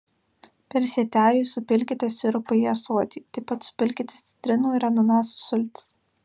per sietelį supilkite sirupą į ąsotį taip pat supilkite citrinų ir ananasų sultis